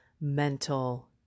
mental